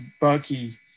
Bucky